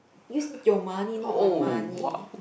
use your money not my money